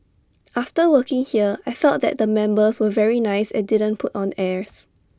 after working here I felt that the members were very nice and didn't put on airs